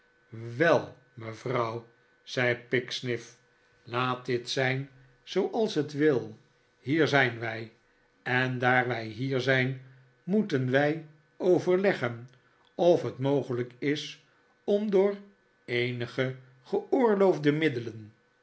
wel mevrouw zei pecksniff laat dit zijn zooals het wil hier zijn wij en daar wij hier zijn moeten wij overleggen of het mogelijk is om door eenige geoorloofde middelen